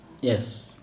Yes